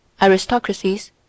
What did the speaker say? Aristocracies